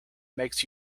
makes